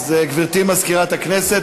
גברתי מזכירת הכנסת,